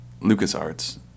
LucasArts